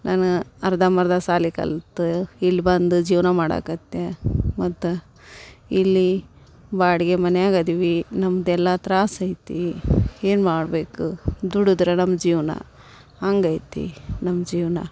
ನಾನು ಅರ್ಧಂಬರ್ದ ಶಾಲಿ ಕಲಿತು ಇಲ್ಲಿ ಬಂದು ಜೀವನ ಮಾಡಾಕತ್ತೆ ಮತ್ತು ಇಲ್ಲಿ ಬಾಡಿಗೆ ಮನ್ಯಾಗೆ ಇದೀವಿ ನಮ್ಮದೆಲ್ಲ ತ್ರಾಸೈತಿ ಏನು ಮಾಡಬೇಕು ದುಡಿದ್ರ್ ನಮ್ಮ ಜೀವನ ಹಾಗೈತಿ ನಮ್ಮ ಜೀವನ